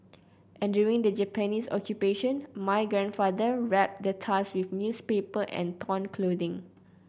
and during the Japanese Occupation my grandfather wrapped the tusk with newspaper and torn clothing